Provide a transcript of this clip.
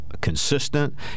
consistent